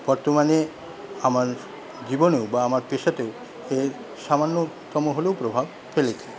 বর্তমানে আমার জীবনেও বা আমার পেশাতেও এর সমান্যতম হলেও প্রভাব ফেলেছে